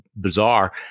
bizarre